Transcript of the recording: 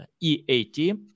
EAT